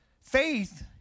Faith